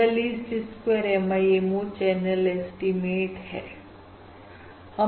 यह least square MIMO channel estimate है